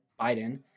Biden